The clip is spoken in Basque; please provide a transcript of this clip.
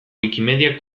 wikimedia